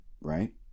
right